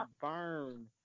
burn